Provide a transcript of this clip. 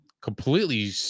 completely